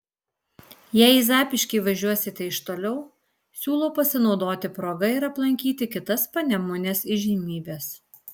jei į zapyškį važiuosite iš toliau siūlau pasinaudoti proga ir aplankyti kitas panemunės įžymybes